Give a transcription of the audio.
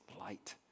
light